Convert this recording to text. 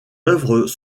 œuvres